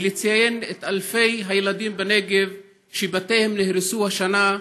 ולציין את אלפי הילדים בנגב שבתיהם נהרסו השנה,